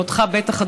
ואותך בטח,